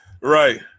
Right